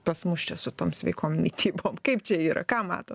pas mus čia su tom sveikom mitybom kaip čia yra ką matot